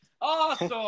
Awesome